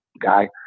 guy